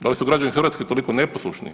Da li su građani Hrvatske toliko neposlušni?